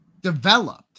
developed